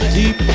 deep